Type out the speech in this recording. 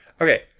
Okay